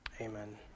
Amen